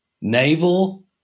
Naval